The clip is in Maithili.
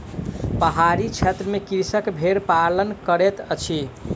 पहाड़ी क्षेत्र में कृषक भेड़ पालन करैत अछि